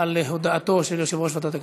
על הודעתו של יושב-ראש ועדת הכנסת.